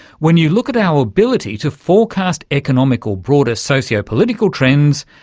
when you look at our ability to forecast economic or broader socio-political trends,